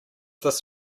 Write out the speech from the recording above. this